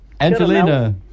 Angelina